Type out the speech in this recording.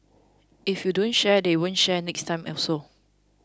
if you don't share they won't share next time also